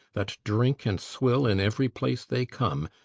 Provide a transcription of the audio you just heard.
that drink and swill in every place they come,